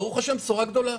ברוך השם, בשורה גדולה.